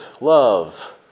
love